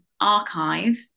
archive